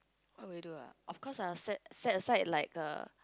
what will you do ah of course I will set set aside like a